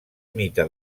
mite